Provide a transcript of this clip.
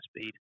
speed